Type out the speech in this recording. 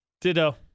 Ditto